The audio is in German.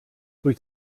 durch